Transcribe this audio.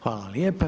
Hvala lijepa.